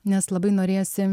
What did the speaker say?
nes labai norėjosi